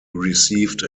received